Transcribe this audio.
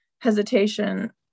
hesitation